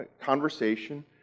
conversation